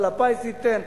מפעל הפיס ייתן,